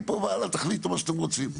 מפה והלאה תחליטו מה שאתם רוצים.